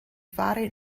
fare